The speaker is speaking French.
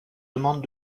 demande